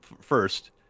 first